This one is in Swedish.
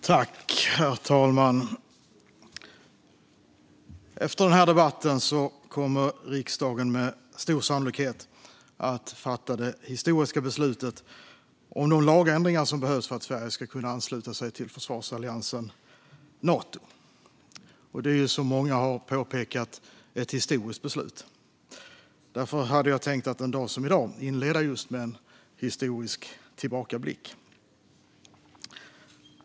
Herr talman! Efter den här debatten kommer riksdagen med stor sannolikhet att fatta det historiska beslutet om de lagändringar som behövs för att Sverige ska kunna ansluta sig till försvarsalliansen Nato. Det är, som många pekat på, just ett historiskt beslut. Därför tänkte jag en dag som i dag inleda med en historisk tillbakablick.